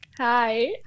hi